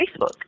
Facebook